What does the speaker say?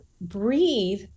Breathe